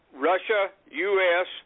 Russia-U.S